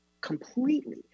completely